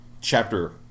chapter